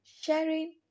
sharing